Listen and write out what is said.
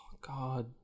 God